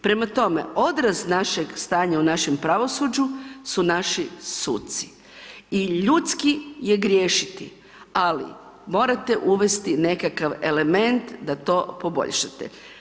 Prema tome, odraz našeg stanja u našem pravosuđu su naši suci i ljudski je griješiti, ali, morate uvesti nekakav element da to poboljšate.